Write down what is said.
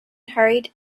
hurried